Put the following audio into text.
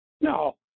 no